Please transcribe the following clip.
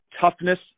toughness